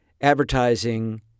advertising